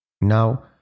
Now